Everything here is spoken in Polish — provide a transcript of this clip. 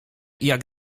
jak